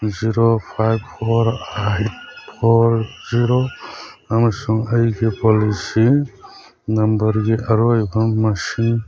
zero five four eight four zero ꯑꯃꯁꯨꯡ ꯑꯩꯒꯤ policy ꯅꯝꯕꯔꯒꯤ ꯑꯔꯣꯏꯕ ꯃꯁꯤꯡ